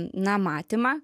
na matymą